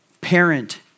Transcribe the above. parent